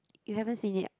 you haven't seen it